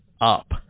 up